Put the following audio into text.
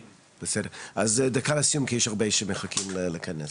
בסדר, אז דקה לסיום כי יש הרבה שמחכים להיכנס.